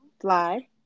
Fly